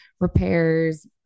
repairs